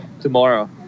tomorrow